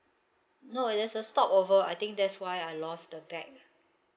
no there's a stopover I think that's why I lost the bag